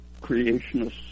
creationists